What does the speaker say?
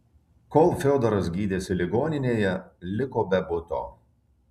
kol fiodoras gydėsi ligoninėje liko be buto